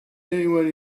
anyone